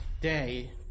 day